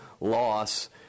loss